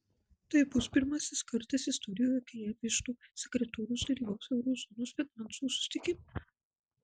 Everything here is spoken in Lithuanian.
tai bus pirmasis kartas istorijoje kai jav iždo sekretorius dalyvaus euro zonos finansų susitikime